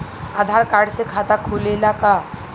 आधार card से खाता खुले ला का?